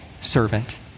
servant